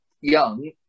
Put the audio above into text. young